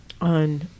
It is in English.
on